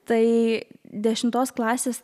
tai dešimtos klasės